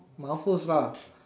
mufflers lah